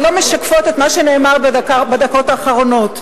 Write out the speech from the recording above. שלא משקפות את מה שנאמר בדקות האחרונות.